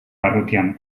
barrutian